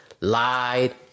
lied